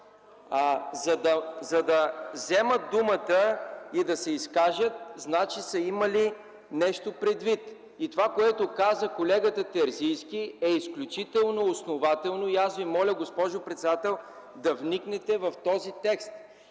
За да вземат думата и да се изкажат, значи са имали нещо предвид. Това, което каза колегата Терзийски, е изключително основателно и аз Ви моля, госпожо председател, да вникнете в този текст,